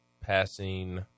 passing